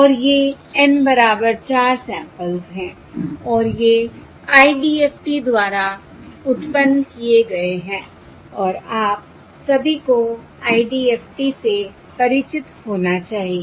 और ये N बराबर 4 सैंपल्स हैं और ये IDFT द्वारा उत्पन्न किए गए हैं और आप सभी को IDFT से परिचित होना चाहिए